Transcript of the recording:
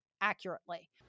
accurately